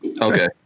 Okay